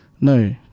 No